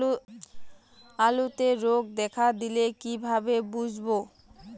আলুতে রোগ দেখা দিলে কিভাবে বুঝবো?